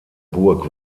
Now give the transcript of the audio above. burg